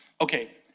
Okay